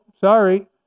sorry